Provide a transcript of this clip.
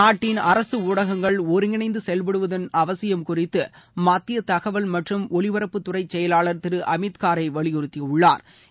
நாட்டின் அரசு ஊடகங்கள் ஒருங்கிணைந்து செயல்படுவதன் அவசியம் குறித்து மத்திய தகவல் மற்றும் ஒலிபரப்புத் துறை செயலாளா் திரு அமித்காரே வலியுறுத்தியுள்ளாா்